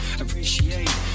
appreciate